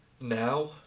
now